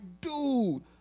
dude